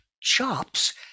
chops